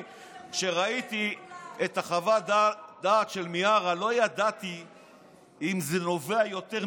קודם אתם מכשירים את העבריינים ואחר כך אתם גם נותנים להם